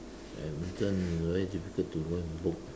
badminton is a very difficult to go and book